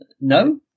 No